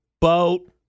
Boat